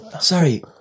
Sorry